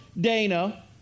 Dana